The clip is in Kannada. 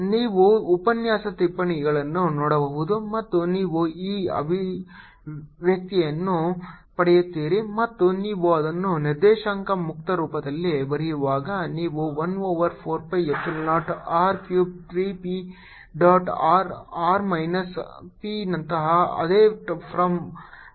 ನೀವು ಉಪನ್ಯಾಸ ಟಿಪ್ಪಣಿಗಳನ್ನು ನೋಡಬಹುದು ಮತ್ತು ನೀವು ಈ ಅಭಿವ್ಯಕ್ತಿಯನ್ನು ಪಡೆಯುತ್ತೀರಿ ಮತ್ತು ನೀವು ಅದನ್ನು ನಿರ್ದೇಶಾಂಕ ಮುಕ್ತ ರೂಪದಲ್ಲಿ ಬರೆಯುವಾಗ ನೀವು 1 over 4 pi epsilon naught r cube 3 P dot r r minus P ನಂತಹ ಅದೇ ಫಾರ್ಮ್ ಅನ್ನು ಪಡೆಯುತ್ತೀರಿ